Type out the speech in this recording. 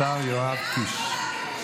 השר יואב קיש.